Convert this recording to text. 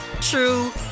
true